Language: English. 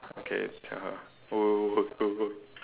okay tell her go go go go go